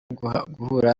guhura